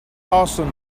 arson